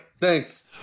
thanks